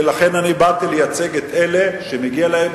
ולכן אני באתי לייצג את אלה שמגיע להם